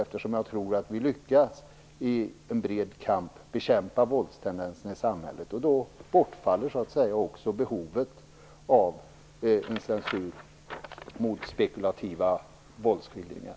Jag tror nämligen att vi kommer att lyckas bekämpa våldstendenserna i samhället, genom en bred kamp. Då bortfaller också behovet av en censur i fråga om spekulativa våldsskildringar.